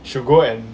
should go and